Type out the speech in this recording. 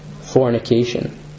fornication